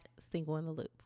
singleintheloop